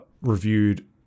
reviewed